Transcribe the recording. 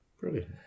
brilliant